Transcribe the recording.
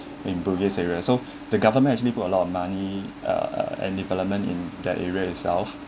in bugis area so the government actually put a lot of money ah and development in that area itself